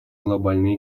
глобальные